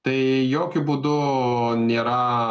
tai jokiu būdu nėra